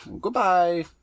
goodbye